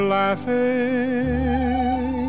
laughing